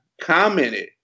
commented